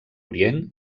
orient